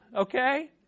okay